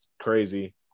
crazy